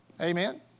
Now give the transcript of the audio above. Amen